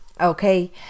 okay